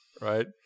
right